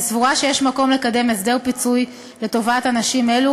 אני סבורה שיש מקום לקדם הסדר פיצוי לטובת אנשים אלו,